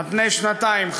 על-פני שנתיים,